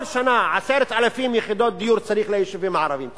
כל שנה 10,000 יחידות דיור צריך ליישובים הערביים,